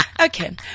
Okay